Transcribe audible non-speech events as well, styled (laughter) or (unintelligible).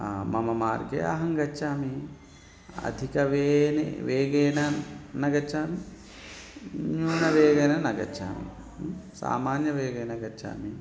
मम मार्गे अहं गच्छामि अधिक वेगेन न गच्छामि (unintelligible) वेगेन न गच्छामि सामान्यवेगेन गच्छामि